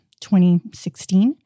2016